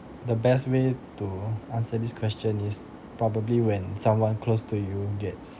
the best way to answer this question is probably when someone close to you gets